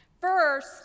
First